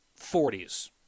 40s